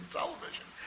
television